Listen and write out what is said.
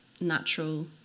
natural